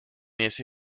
ese